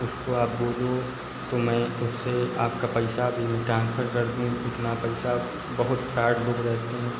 उसको आप बोलो तो मैं इससे आपका पैसा अभी ट्रांसफर कर दूँ इतना पैसा बहुत फ्राड लोग रहते हैं